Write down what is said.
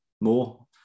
more